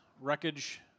wreckage